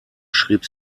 schrieb